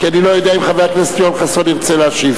כי אני לא יודע אם חבר הכנסת יואל חסון ירצה להשיב,